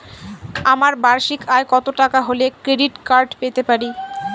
আমার বার্ষিক আয় কত টাকা হলে ক্রেডিট কার্ড পেতে পারি?